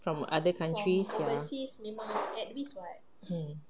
from other countries ya hmm